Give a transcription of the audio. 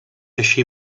així